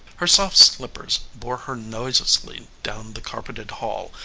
her soft slippers bore her noiselessly down the carpeted hall,